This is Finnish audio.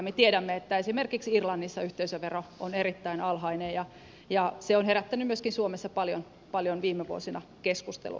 me tiedämme että esimerkiksi irlannissa yhteisövero on erittäin alhainen ja se herättänyt myöskin suomessa paljon viime vuosina keskustelua